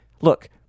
look